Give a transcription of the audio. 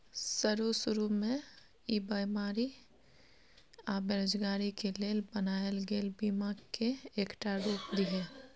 शरू शुरू में ई बेमारी आ बेरोजगारी के लेल बनायल गेल बीमा के एकटा रूप रिहे